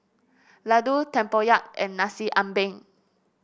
laddu tempoyak and Nasi Ambeng